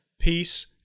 peace